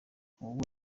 ubu